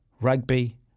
rugby